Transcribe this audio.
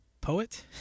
poet